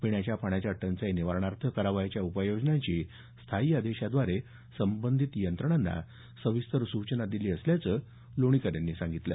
पिण्याच्या पाण्याच्या टंचाई निवारणार्थ करावयाच्या उपाययोजनांसाठी स्थायी आदेशाद्वारे संबंधित यंत्रणांना सविस्तर सूचना दिलेल्या आहेत असं लोणीकर यांनी सांगितलं